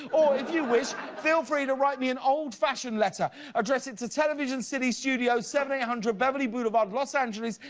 or, if you wish, feel free to write me an old-fashioned letter addressing it to television city studios, seven thousand eight hundred beverly boulevard, los angeles,